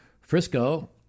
Frisco